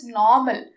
normal